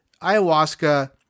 ayahuasca